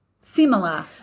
similar